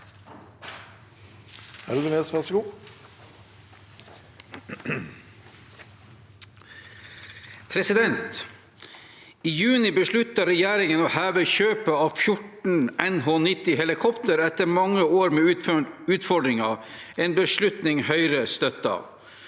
«I juni besluttet re- gjeringen å heve kjøpet av 14 NH90-helikoptre etter mange år med utfordringer, en beslutning Høyre støtter.